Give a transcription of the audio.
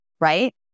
right